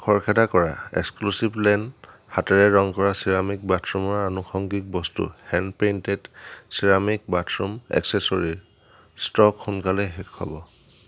খৰখেদা কৰা এক্সক্লুচিভলেন হাতেৰে ৰং কৰা চিৰামিক বাথৰুমৰ আনুষংগিক বস্তু হেন পেইণ্টেড চিৰামিক বাথৰুম এক্সেচৰীৰ ষ্টক সোনকালেই শেষ হ'ব